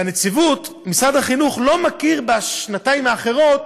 והנציבות, משרד החינוך לא מכיר בשנתיים האחרות